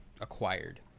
acquired